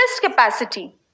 capacity